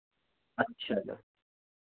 अच्छा